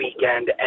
weekend